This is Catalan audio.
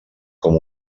com